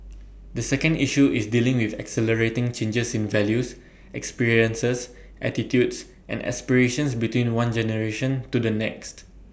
the second issue is dealing with accelerating changes in values experiences attitudes and aspirations between one generation to the next